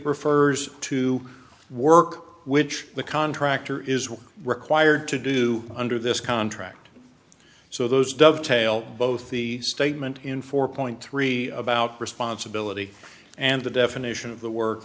refers to work which the contractor is required to do under this contract so those dovetail both the statement in four point three about responsibility and the definition of the work